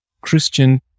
Christian